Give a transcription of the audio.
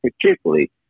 particularly